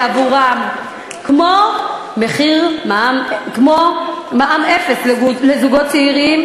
כמו מע"מ אפס לזוגות צעירים,